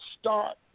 start